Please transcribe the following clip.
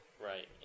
Right